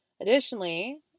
Additionally